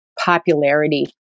popularity